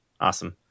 awesome